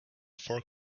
for